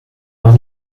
doch